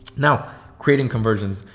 now creating conversions,